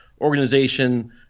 organization –